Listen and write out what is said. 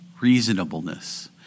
reasonableness